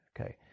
Okay